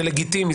זה לגיטימי,